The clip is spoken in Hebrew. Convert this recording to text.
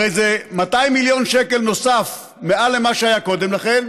הרי זה 200 מיליון שקל נוספים מעל למה שהיה קודם לכן,